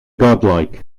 godlike